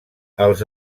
els